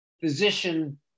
physician